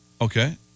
Okay